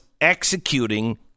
executing